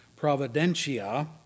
providentia